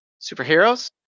superheroes